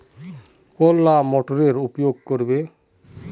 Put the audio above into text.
कौन मोटर के उपयोग करवे?